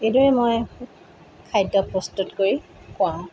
এইদৰে মই খাদ্য প্ৰস্তুত কৰি খোৱাওঁ